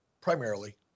primarily